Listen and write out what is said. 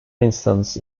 instance